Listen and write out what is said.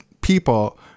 people